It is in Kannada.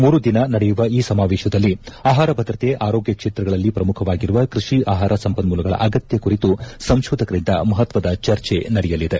ಮೂರು ದಿನ ನಡೆಯುವ ಈ ಸಮಾವೇಶದಲ್ಲಿ ಆಪಾರ ಭದ್ರತೆ ಆರೋಗ್ಯ ಕ್ಷೇತ್ರಗಳಲ್ಲಿ ಪ್ರಮುಖವಾಗಿರುವ ಕೃಷಿ ಆಹಾರ ಸಂಪನ್ನೂಲಗಳ ಅಗತ್ತ ಕುರಿತು ಸಂಶೋಧಕರಿಂದ ಮಪತ್ತದ ಚರ್ಚೆ ನಡೆಯಲಿದೆ